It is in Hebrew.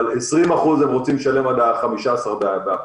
אבל 20% הם רוצים לשלם עד 15 באפריל,